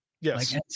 Yes